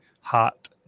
hot